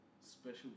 special